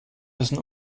müssen